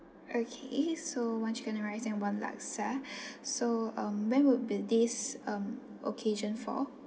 okay so one chicken rice and one laksa so um when would be this um occasion for